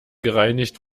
gereinigt